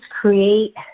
create